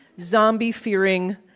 zombie-fearing